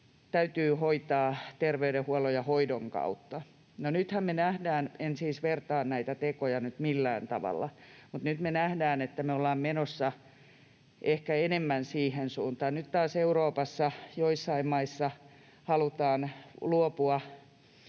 täytyy hoitaa terveydenhuollon ja hoidon kautta. No, nythän me nähdään — en siis vertaa näitä tekoja nyt millään tavalla — että me ollaan menossa ehkä enemmän siihen suuntaan, että nyt Euroopassa joissain maissa halutaan taas luopua